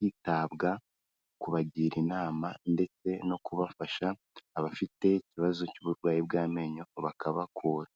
hitabwa kubagira inama ndetse no kubafasha abafite ikibazo cy'uburwayi bw'amenyo bakabakura.